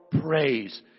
praise